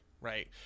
right